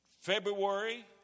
February